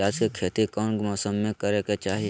प्याज के खेती कौन मौसम में करे के चाही?